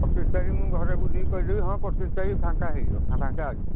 ପଚିଶ ତାରିଖ ମୁଁ ଘରେ ବୁଝିକି କହିଦେବି ହଁ ପଚିଶ ତାରିଖ ଫାଙ୍କା ହେଇଯିବ ଫାଙ୍କା ଅଛି